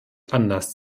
anders